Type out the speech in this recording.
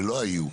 ולא היו,